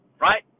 right